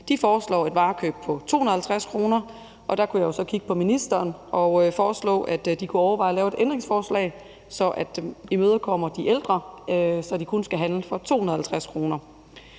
De foreslår et varekøb på 250 kr., og der kunne jeg jo så kigge på ministeren og foreslå, at De kunne overveje at lave et ændringsforslag, der imødekommer de ældre, så de kun skal handle for 250 kr.